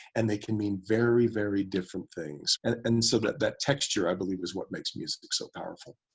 and they can mean very, very different things. and so that that texture i believe is what makes music so powerful.